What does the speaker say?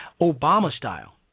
Obama-style